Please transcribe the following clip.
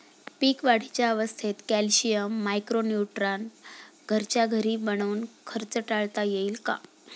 पीक वाढीच्या अवस्थेत calcium, micro neutron घरच्या घरी बनवून खर्च टाळता येईल का?